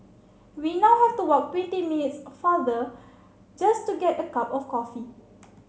we now have to walk twenty minutes farther just to get a cup of coffee